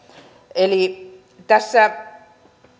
eli tässä